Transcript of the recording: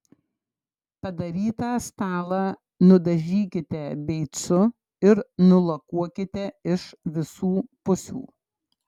padarytą stalą nudažykite beicu ir nulakuokite iš visų pusių